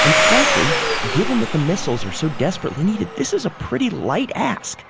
and frankly given that the missiles are so desperately needed. this is a pretty light ask